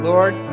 Lord